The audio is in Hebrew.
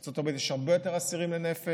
בארצות הברית יש הרבה יותר אסירים לנפש.